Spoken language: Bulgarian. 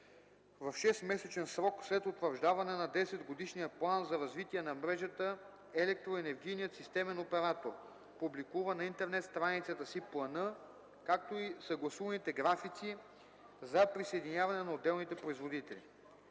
В 6-месечен срок след утвърждаване на 10-годишния план за развитие на мрежата електроенергийният системен оператор публикува на интернет страницата си плана, както и съгласуваните графици за присъединяване на отделните производители.